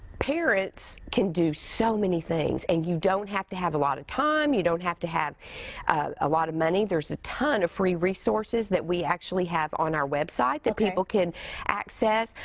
parents can do so many things. and you don't have to have a lot of time, you don't have to have a lot of money. there's a ton of free resources that we actually have on our website that people can access.